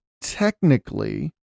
technically